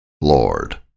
Lord